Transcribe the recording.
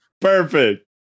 Perfect